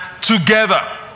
together